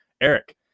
eric